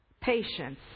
Patience